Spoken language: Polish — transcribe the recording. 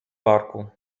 parku